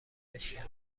بشکنه